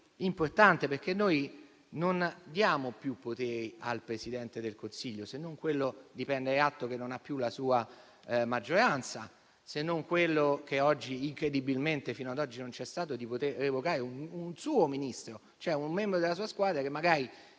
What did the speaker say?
importante, perché non diamo più poteri al Presidente del Consiglio, se non quello di prendere atto di non avere più la sua maggioranza, o quello - che, incredibilmente, fino ad oggi non c'è stato - di revocare un suo Ministro (un membro della sua squadra che magari